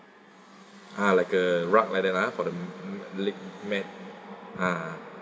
ah like a rug like that ah for the ma~ leg mat ah